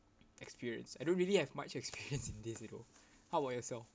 experience I don't really have much experience in this though how about yourself